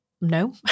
no